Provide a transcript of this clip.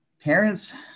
Parents